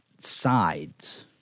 sides